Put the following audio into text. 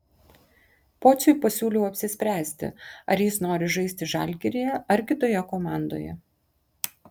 pociui pasiūliau apsispręsti ar jis nori žaisti žalgiryje ar kitoje komandoje